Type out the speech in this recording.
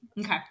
okay